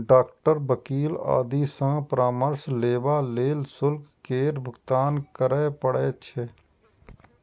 doctor, वकील आदि सं परामर्श लेबा लेल शुल्क केर भुगतान करय पड़ै छै